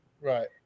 Right